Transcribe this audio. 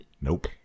Nope